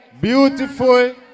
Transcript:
beautiful